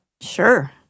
Sure